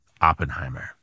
Oppenheimer